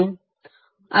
ಅದು ಮತ್ತೆ t ಆಗುತ್ತದೆ